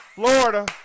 Florida